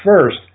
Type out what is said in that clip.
first